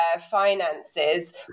finances